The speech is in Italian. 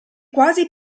quasi